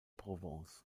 provence